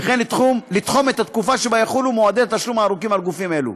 וכן לתחום את התקופה שבה יחולו מועדי התשלום הארוכים על גופים אלו.